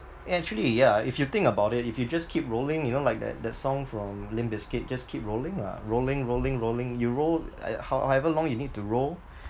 eh actually ya if you think about it if you just keep rolling you know like that that song from limp bizkit just keep rolling lah rolling rolling rolling you roll ah however long you need to roll